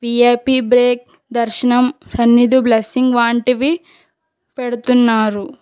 VIP break దర్శనం సన్నిధి blessing వంటివి పెడుతున్నారు